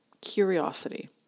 curiosity